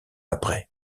après